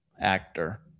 actor